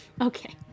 Okay